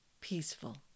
peaceful